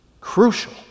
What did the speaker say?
crucial